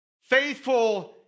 faithful